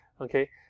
okay